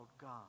God